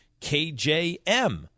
KJM